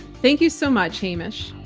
thank you so much, hamish.